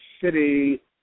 City